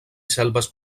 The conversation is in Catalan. selves